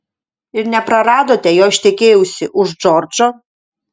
ir nepraradote jo ištekėjusi už džordžo